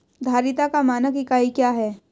धारिता का मानक इकाई क्या है?